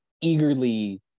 eagerly